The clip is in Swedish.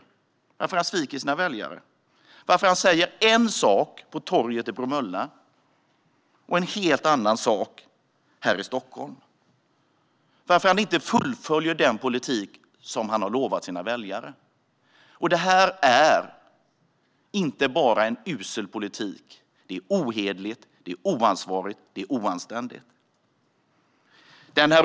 Fråga varför han sviker sina väljare, och fråga varför han säger en sak på torget i Bromölla och en helt annan sak här i Stockholm. Fråga varför han inte fullföljer den politik han har lovat sina väljare. Detta är inte bara usel politik, utan det är även ohederligt, oansvarigt och oanständigt.